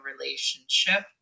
relationship